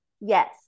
Yes